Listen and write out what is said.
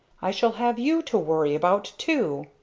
i shall have you to worry about too.